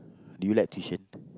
do you like tuition